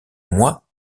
moi